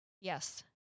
yes